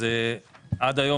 עד היום,